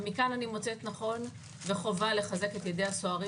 ומכאן אני מוצאת לנכון וחובה לחזק את ידי הסוהרים